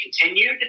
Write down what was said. continued